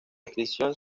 extinción